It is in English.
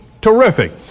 Terrific